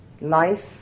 life